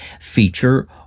feature